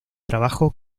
trabajo